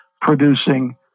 producing